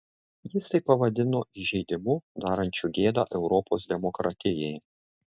jis tai pavadino įžeidimu darančiu gėdą europos demokratijai